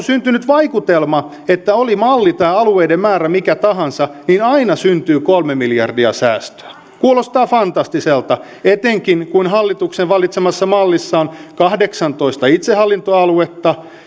syntynyt vaikutelma että oli malli tai alueiden määrä mikä tahansa niin aina syntyy kolme miljardia säästöä kuulostaa fantastiselta etenkin kun hallituksen valitsemassa mallissa on kahdeksantoista itsehallintoaluetta